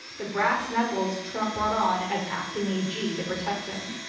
the brass knuckles trump brought on as acting ag to protect him.